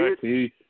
Peace